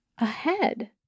ahead